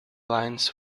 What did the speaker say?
lines